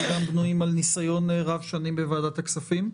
שגם בנויים על ניסיון רב שנים בוועדת הכספים.